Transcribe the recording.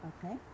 Okay